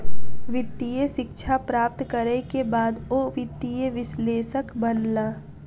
वित्तीय शिक्षा प्राप्त करै के बाद ओ वित्तीय विश्लेषक बनला